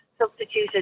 substituted